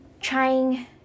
Trying